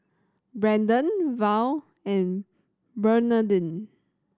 Brandon Val and Bernardine